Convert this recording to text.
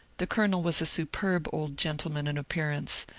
the colonel was a superb old gentleman in appearance,